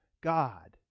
God